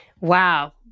Wow